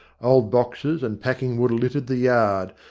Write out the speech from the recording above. old boxes and packing-wood littered the yard,